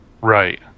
Right